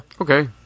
Okay